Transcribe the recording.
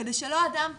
כדי שלא אדם פרטי,